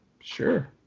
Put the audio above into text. sure